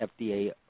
FDA